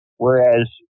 whereas